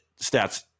Stats